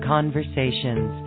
Conversations